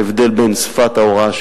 את ההבדל בין שפת ההוראה,